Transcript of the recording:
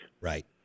Right